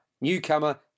newcomer